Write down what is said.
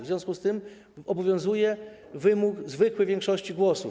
W związku z tym obowiązuje wymóg zwykłej większości głosów.